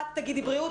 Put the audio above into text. את תגידי בריאות,